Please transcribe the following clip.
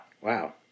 wow